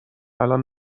الان